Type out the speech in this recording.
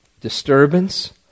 Disturbance